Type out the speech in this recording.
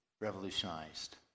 revolutionized